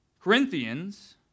Corinthians